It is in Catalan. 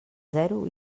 zero